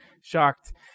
shocked